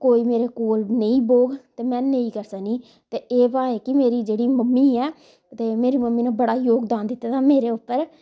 कोई मेरे कोल नेईं बौह्ग ते में नेईं करी सकनी ते एह्दा ऐ की मेरी जेह्ड़ी मम्मी ऐ ते मेरी मम्मी ने बड़ा ही योगदान दित्ते दा ऐ मेरे उप्पर